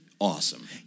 Awesome